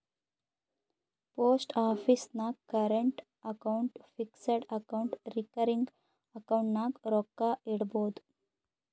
post office ನಾಗ್ current account, fixed account, recurring account ನಾಗ್ ರೊಕ್ಕಾ ಇಡ್ಬೋದ್